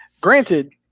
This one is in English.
granted